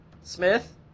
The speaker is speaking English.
Smith